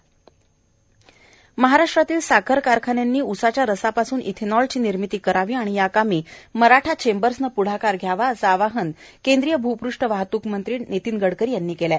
ethanol निर्मिती महाराष्ट्रातल्या साखर कारखान्यांनी उसाच्या रसापासून इथेनॉलची निर्मिती करावी आणि याकामी मराठा चेम्बरनं पुढाकार घ्यावा असं आवाहन केंद्रीय भूपृष्ठ वाहतूक मंत्री नितीन गडकरी यांनी केलं आहे